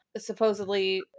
Supposedly